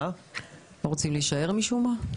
הם לא רוצים להישאר משום מה.